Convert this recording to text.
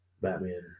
Batman